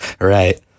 Right